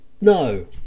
no